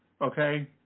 okay